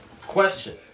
Question